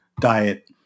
diet